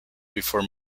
before